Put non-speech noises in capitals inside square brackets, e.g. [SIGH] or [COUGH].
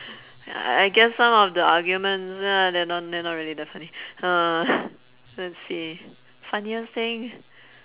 I guess some of the arguments uh they're not they're not really that funny uh [NOISE] let's see funniest thing